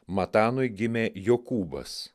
matanui gimė jokūbas